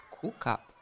COOK-up